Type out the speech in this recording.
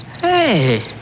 Hey